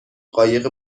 قایق